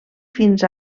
fins